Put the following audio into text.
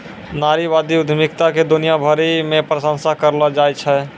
नारीवादी उद्यमिता के दुनिया भरी मे प्रशंसा करलो जाय छै